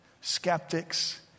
skeptics